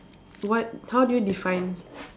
what how do you define